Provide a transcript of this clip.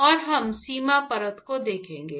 और हम सीमा परत को देखेंगे